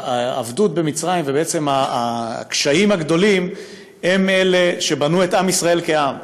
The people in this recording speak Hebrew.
שהעבדות במצרים ובעצם הקשיים הגדולים הם אלה שבנו את עם ישראל כעם.